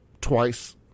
twice